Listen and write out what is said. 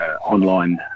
online